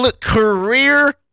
career